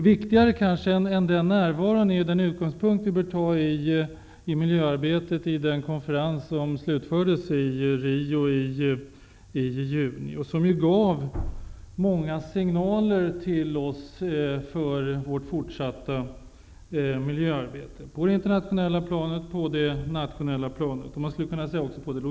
Viktigare än närvaron är kanske utgångspunkten vi bör ha för miljöarbetet efter den konferens som slutfördes i Rio i juni. Konferensen gav många signaler för vårt fortsatta miljöarbete på det internationella, nationella och även lokala planet.